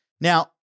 Now